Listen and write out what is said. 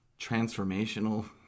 transformational